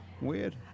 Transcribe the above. weird